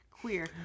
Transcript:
queer